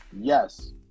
yes